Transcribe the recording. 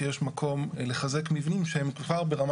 ולכן מה?